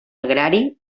agrari